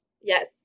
yes